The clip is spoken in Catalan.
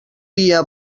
dia